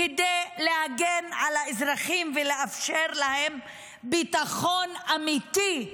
כדי להגן על האזרחים ולאפשר להם ביטחון אמיתי.